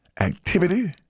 activity